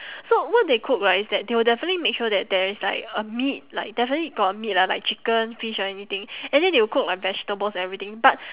so what they cook right is that they will definitely make sure that there is like a meat like definitely got a meat lah like chicken fish or anything and then they will cook like vegetables and everything but